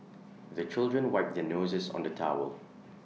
the children wipe their noses on the towel